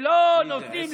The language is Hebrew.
שלא נותנים,